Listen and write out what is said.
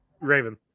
Raven